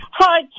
Hi